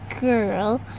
girl